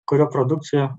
kurio produkcija